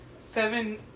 seven